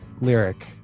lyric